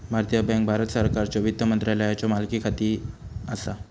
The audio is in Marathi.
भारतीय बँक भारत सरकारच्यो वित्त मंत्रालयाच्यो मालकीखाली असा